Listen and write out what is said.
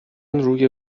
روی